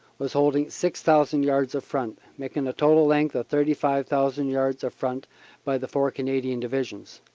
was holding six thousand yards of front, making a total length of thirty five thousand yards of front by the four canadian divisions.